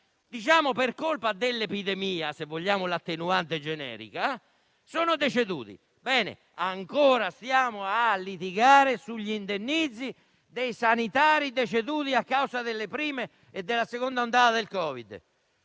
diciamo per colpa dell'epidemia, se vogliamo l'attenuante generica. Ancora stiamo a litigare sugli indennizzi dei sanitari deceduti a causa della prima e della seconda ondata del Covid.